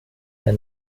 der